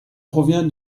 provient